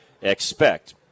expect